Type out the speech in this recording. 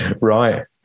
Right